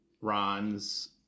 Ron's